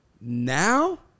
now